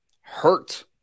hurt